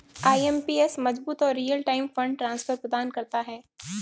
IMPS मजबूत और real time fund transfer प्रदान करता है